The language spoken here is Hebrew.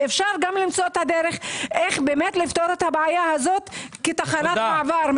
ואפשר גם למצוא את הדרך לפתור את הבעיה הזו כתחנת מעבר.